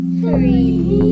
three